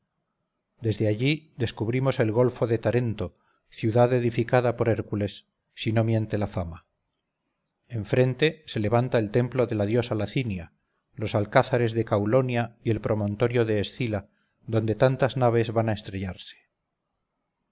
desde allí descubrimos el golfo de tarento ciudad edificada por hércules si no miente la fama en frente se levanta el templo de la diosa lacinia los alcázares de caulonia y el promontorio de escila donde tantas naves van a estrellar se